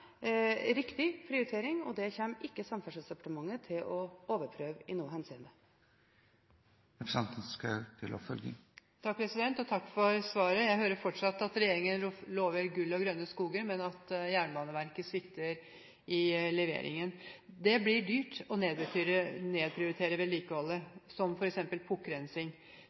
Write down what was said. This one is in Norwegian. riktig prioritering, og det kommer ikke Samferdselsdepartementet til å overprøve i noe henseende. Takk for svaret. Jeg hører fortsatt at regjeringen lover gull og grønne skoger, men at Jernbaneverket svikter i leveringen. Det blir dyrt å nedprioritere vedlikeholdet, som